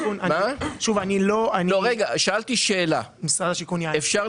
הרשימה הערבית המאוחדת): אני מבקשת לקבל.